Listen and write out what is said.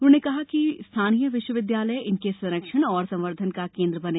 उन्होंने कहा कि स्थानीय विश्वविद्यालय इनके संरक्षण और संवर्धन का केंद्र बने